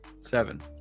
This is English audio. Seven